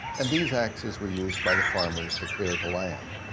and these axes were used by the farmers to clear the land.